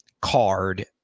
card